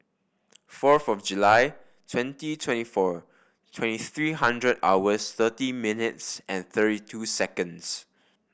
fourth of July twenty twenty four twenty three hundred hours thirty minutes and thirty two seconds